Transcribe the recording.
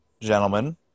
gentlemen